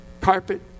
carpet